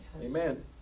Amen